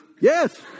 Yes